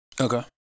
Okay